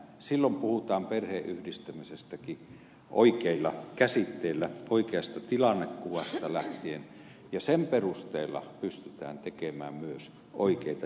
silloin puhutaan perheenyhdistämisestäkin oikeilla käsitteillä oikeasta tilannekuvasta lähtien ja sen perusteella pystytään tekemään myös oikeita johtopäätöksiä